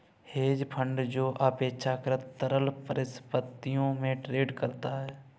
hedge fund जो अपेक्षाकृत तरल परिसंपत्तियों में ट्रेड करता है